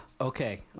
Okay